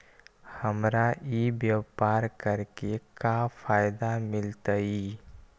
हमरा ई व्यापार करके का फायदा मिलतइ?